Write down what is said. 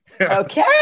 Okay